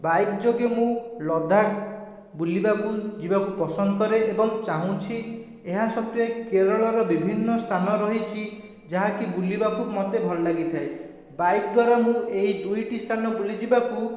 bike ଯୋଗେ ମୁଁ ଲଦାଖ ବୁଲିବାକୁ ଯିବାକୁ ପସନ୍ଦ କରେ ଏବଂ ଚାହୁଁଛି ଏହାସତ୍ୱେ କେରଳର ବିଭିନ୍ନ ସ୍ଥାନ ରହିଛି ଯାହାକି ବୁଲିବାକୁ ମୋତେ ଭଲ ଲାଗିଥାଏ ବାଇକ୍ ଦ୍ୱାରା ମୁଁ ଏହି ଦୁଇଟି ସ୍ଥାନ ବୁଲିଯିବାକୁ